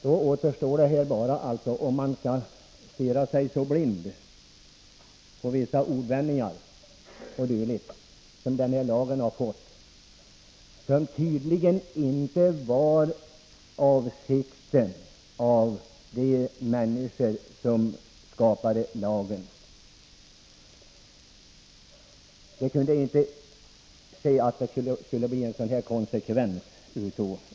Då återstår bara frågan om man skall stirra sig blind på vissa ordvändningar i den här lagen, som tydligen inte varit avsedda. De människor som skapade lagen kunde inte förutse att det skulle bli sådana konsekvenser.